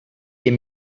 est